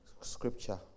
scripture